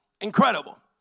Incredible